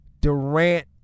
durant